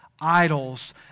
idols